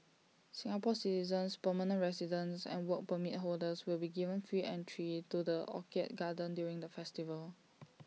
Singapore citizens permanent residents and Work Permit holders will be given free entry to the orchid garden during the festival